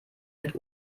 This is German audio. mit